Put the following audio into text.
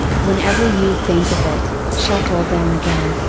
whenever you think of it, shuffle them again.